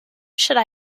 should